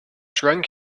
drunk